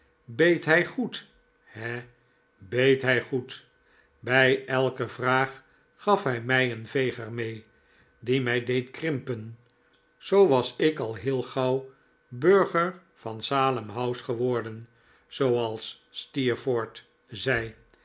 beet hij goed he beet hij goed bij elke vraag gaf hij mij een veeg er mee die mij deed krimpen zoo was ik al heel gauw burger van salem house geworden